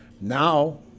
now